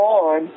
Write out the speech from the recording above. on